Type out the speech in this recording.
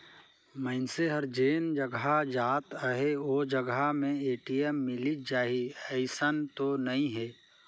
मइनसे हर जेन जघा जात अहे ओ जघा में ए.टी.एम मिलिच जाही अइसन तो नइ हे